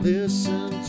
Listen